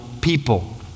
people